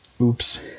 Oops